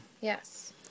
Yes